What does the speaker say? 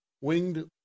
winged